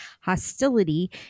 hostility